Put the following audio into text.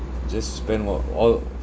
just spend what all